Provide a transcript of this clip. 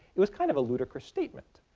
it was kind of a ludicrous statement,